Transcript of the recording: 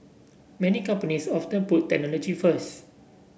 many companies often put technology first